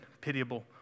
pitiable